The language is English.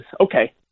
okay